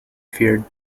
feared